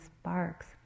sparks